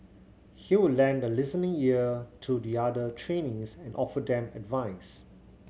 he would lend a listening ear to the other trainees and offer them advice